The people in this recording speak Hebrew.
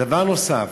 דבר נוסף,